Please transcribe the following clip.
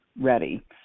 ready